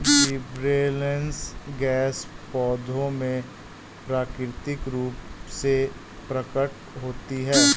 gibberellins gas पौधों में प्राकृतिक रूप से प्रकट होती है